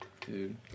Dude